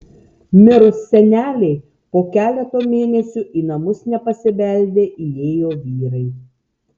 mirus senelei po keleto mėnesių į namus nepasibeldę įėjo vyrai